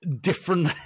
different